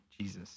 Jesus